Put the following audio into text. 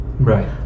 Right